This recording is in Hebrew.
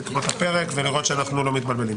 צריך לקרוא את כל הפרק ולראות שאנחנו לא מתבלבלים,